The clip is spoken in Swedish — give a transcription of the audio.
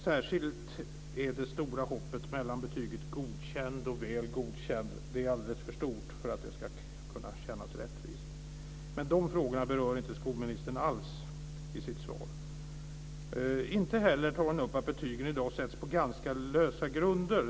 Särskilt är hoppet mellan betyget Godkänd och Väl godkänd alldeles för stort för att det ska kunna kännas rättvist. Men de frågorna berör inte skolministern alls i sitt svar. Inte heller tar hon upp att betygen i dag sätts på ganska lösa grunder.